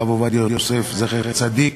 אני אשב אתך אחר כך על התקנון ואני אסביר לך את הסעיף.